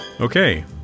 okay